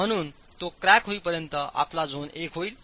म्हणून तो क्रॅक होईपर्यंत हा आपला झोन 1 होईल